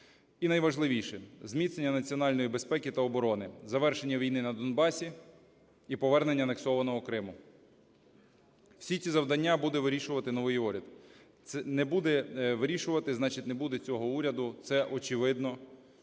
І найважливіше. Зміцнення національної безпеки та оборони, завершення війни на Донбасі і повернення анексованого Криму. Всі ці завдання буде вирішувати новий уряд. Не буде вирішувати, значить, не буде цього уряду. Це очевидно,